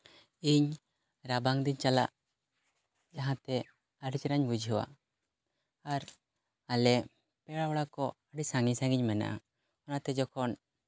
ᱤᱧ ᱨᱟᱵᱟᱝ ᱫᱤᱱ ᱪᱟᱞᱟᱜ ᱡᱟᱦᱟᱸ ᱛᱮ ᱟᱹᱰᱤ ᱪᱮᱦᱨᱟᱧ ᱵᱩᱡᱷᱟᱹᱣᱟ ᱟᱨ ᱟᱞᱮ ᱯᱮᱲᱟ ᱚᱲᱟᱜ ᱠᱚ ᱟᱹᱰᱤ ᱥᱟᱺᱜᱤᱧ ᱥᱟᱺᱜᱤᱧ ᱢᱮᱱᱟᱜᱼᱟ ᱚᱱᱟᱛᱮ ᱡᱚᱠᱷᱚᱱ